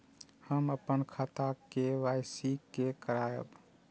हम अपन खाता के के.वाई.सी के करायब?